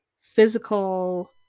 physical